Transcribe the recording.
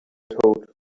thought